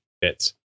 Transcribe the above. bits